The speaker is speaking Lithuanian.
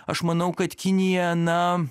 aš manau kad kinija na